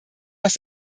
ist